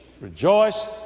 Rejoice